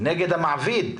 נגד המעביד,